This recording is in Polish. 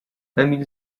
emil